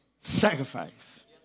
sacrifice